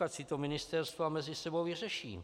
Ať si to ministerstva mezi sebou vyřeší.